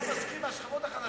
אבל אתה תסכים שמהשכבות החלשות?